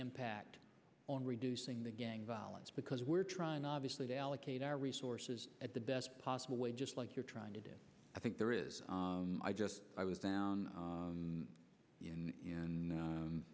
impact on reducing the gang violence because we're trying obviously to allocate our resources at the best possible way just like you're trying to do i think there is i just i was down